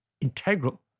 integral